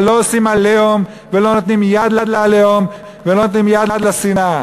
אבל לא עושים "עליהום" ולא נותנים יד ל"עליהום" ולא נותנים יד לשנאה.